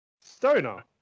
Stoner